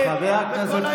פה זה לא סוריה.